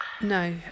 No